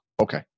Okay